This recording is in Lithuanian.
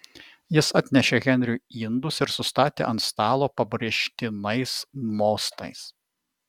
jis atnešė henriui indus ir sustatė ant stalo pabrėžtinais mostais